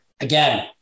again